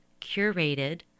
curated